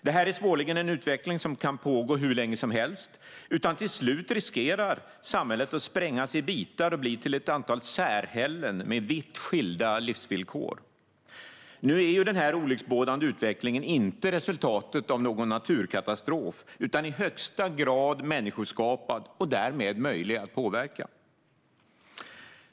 Det här är svårligen en utveckling som kan pågå hur länge som helst, utan till slut riskerar samhället att sprängas i bitar och bli till ett antal särhällen med vitt skilda livsvillkor. Nu är ju den här olycksbådande utvecklingen inte resultatet av någon naturkatastrof utan i högsta grad människoskapad och därmed möjlig att påverka.